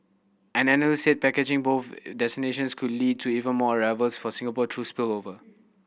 an analyst said packaging both destinations could lead to even more arrivals for Singapore through spillover